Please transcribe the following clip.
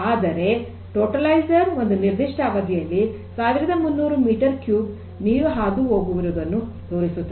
ಆದರೆ ಟೋಟಲೈಜರ್ ಒಂದು ನಿರ್ದಿಷ್ಟ ಅವಧಿಯಲ್ಲಿ ೧೩೦೦ ಘನ ಮೀಟರ್ ನೀರು ಹಾದು ಹೋಗಿರುವುದನ್ನು ತೋರಿಸುತ್ತಿದೆ